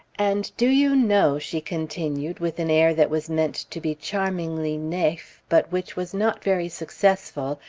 and do you know, she continued, with an air that was meant to be charmingly naif, but which was not very successful,